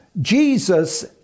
Jesus